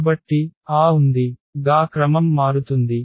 కాబట్టి ఆ విధంగా క్రమం మారుతుంది